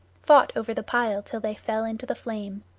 fought over the pile till they fell into the flame.